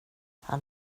han